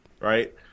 Right